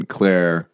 Claire